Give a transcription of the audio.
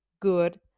good